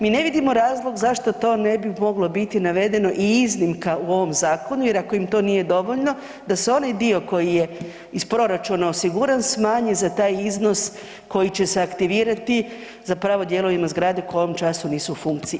Mi ne vidimo razlog zašto to ne bi moglo biti navedeno i iznimka u ovom zakonu jer ako im to nije dovoljno da se onaj dio koji je iz proračuna osiguran smanji za taj iznos koji će se aktivirati za pravo dijelovima zgrade koji u ovom času nisu u funkciji.